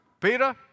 Peter